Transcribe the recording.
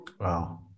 Wow